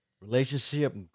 relationship